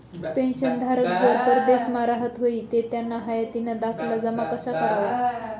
पेंशनधारक जर परदेसमा राहत व्हयी ते त्याना हायातीना दाखला जमा कशा करवा?